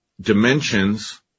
dimensions